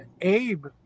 Abe